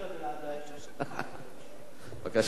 בבקשה, אדוני.